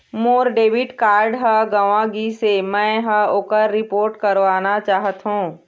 मोर debit card ह गंवा गिसे, मै ह ओकर रिपोर्ट करवाना चाहथों